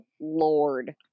lord